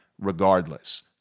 regardless